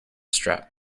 strap